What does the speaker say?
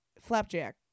Flapjack